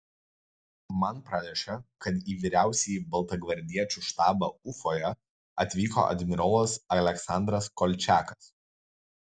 man pranešė kad į vyriausiąjį baltagvardiečių štabą ufoje atvyko admirolas aleksandras kolčiakas